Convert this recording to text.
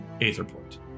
Aetherport